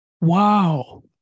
Wow